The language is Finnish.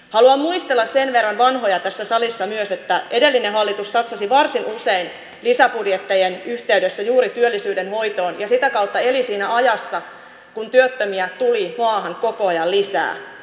haluan myös muistella vanhoja tässä salissa sen verran että edellinen hallitus satsasi varsin usein lisäbudjettien yhteydessä juuri työllisyyden hoitoon ja eli sitä kautta siinä ajassa kun työttömiä tuli maahan koko ajan lisää